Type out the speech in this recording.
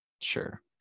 Sure